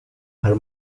her